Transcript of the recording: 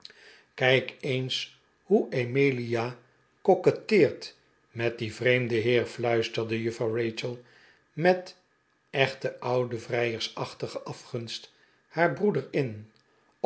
kijk eens hoe emilia coquetteert met dien vreemden heer fluisterde juffrouw rachel met echte oude vrijsterachtige afgunst haar b'roeder in